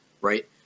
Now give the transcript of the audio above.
right